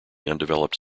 undeveloped